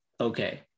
okay